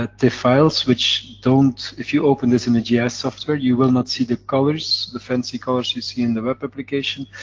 ah files, which don't if you open this in the gs yeah software, you will not see the colors, the fancy colors you see in the web application,